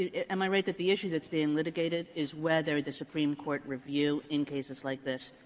am i right that the issue that is being litigated is whether the supreme court review, in cases like this,